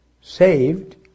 Saved